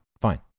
fine